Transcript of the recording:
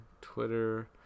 Twitter